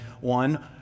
one